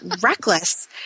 reckless